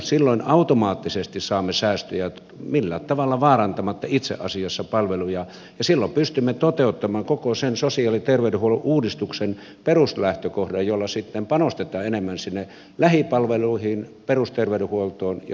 silloin automaattisesti saamme säästöjä millään tavalla vaarantamatta itse asiassa palveluja ja silloin pystymme toteuttamaan koko sen sosiaali ja terveydenhuollon uudistuksen peruslähtökohdan jolla sitten panostetaan enemmän sinne lähipalveluihin perusterveydenhuoltoon ja sosiaalihuoltoon